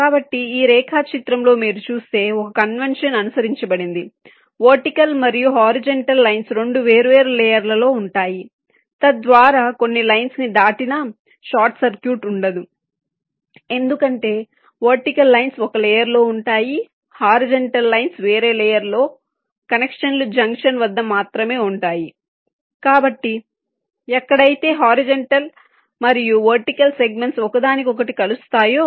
కాబట్టి ఈ రేఖాచిత్రంలో మీరు చూస్తే ఒక కన్వెన్షన్ అనుసరించబడింది వర్టికల్ మరియు హారిజాంటల్ లైన్స్ 2 వేర్వేరు లేయర్ల లో ఉంటాయి తద్వారా కొన్ని లైన్స్ ని దాటినా షార్ట్ సర్క్యూట్ ఉండదు ఎందుకంటే వర్టికల్ లైన్స్ ఒక లేయర్ లో ఉంటాయి హారిజాంటల్ లైన్స్ వేరే లేయర్ లో కనెక్షన్లు జంక్షన్ వద్ద మాత్రమే ఉంటాయి కాబట్టి ఎక్కడైతే హారిజాంటల్ మరియు వర్టికల్ సెగ్మెంట్స్ ఒకదానికొకటి కలుస్తాయో